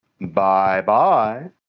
Bye-bye